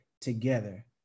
together